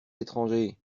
étrangers